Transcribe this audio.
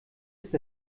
ist